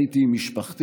הייתי עם משפחתי,